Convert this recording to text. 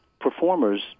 performers